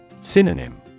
Synonym